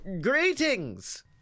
Greetings